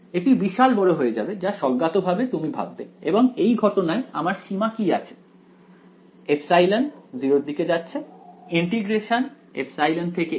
এটি বিশাল বড় হয়ে যাবে যা স্বজ্ঞাতভাবে তুমি ভাববে এবং এই ঘটনায় আমার সীমা কি আছে ε → 0